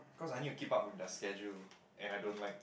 cause I need to keep up in their schedule and I don't like